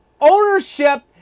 ownership